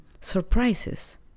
surprises